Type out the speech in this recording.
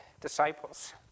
disciples